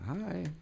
Hi